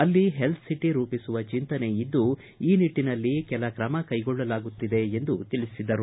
ಅಲ್ಲಿ health city ರೂಪಿಸುವ ಚಿಂತನೆ ಇದ್ದು ಈ ನಿಟ್ಟನಲ್ಲಿ ಕೆಲ ಕ್ರಮ ಕೈಗೊಳ್ಳಲಾಗುತ್ತಿದೆ ಎಂದು ತಿಳಿಸಿದರು